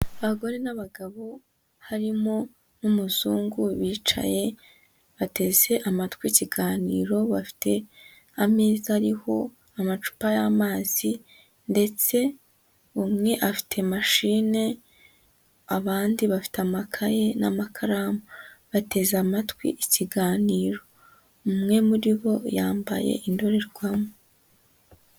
Abagore n'abagabo harimo n'umuzungu bicaye bateze amatwi ikiganiro, bafite ameza ariho amacupa y'amazi ndetse umwe afite mashine, abandi bafite amakaye n'amakaramu, bateze amatwi ikiganiro, umwe muri bo yambaye indorerwamo.